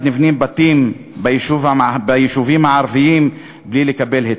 נבנים בתים ביישובים הערביים בלי לקבל היתר.